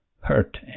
hurt